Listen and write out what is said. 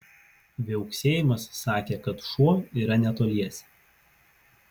viauksėjimas sakė kad šuo yra netoliese